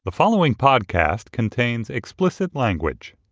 the following podcast contains explicit language